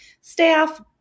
staff